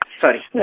Sorry